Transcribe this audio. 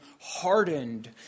hardened